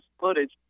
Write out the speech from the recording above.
footage